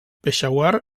peshawar